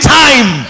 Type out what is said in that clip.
time